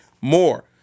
more